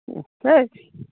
এই